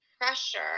pressure